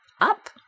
Up